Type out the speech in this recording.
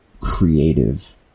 creative